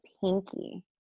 pinky